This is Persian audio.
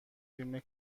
فیلم